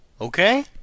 Okay